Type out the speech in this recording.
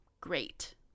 great